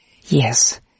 Yes